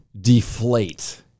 deflate